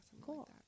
Cool